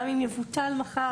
גם אם יבוטל מחר,